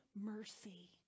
mercy